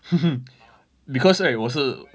because right 我是